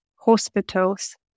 hospitals